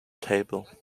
table